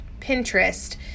Pinterest